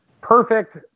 perfect